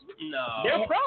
No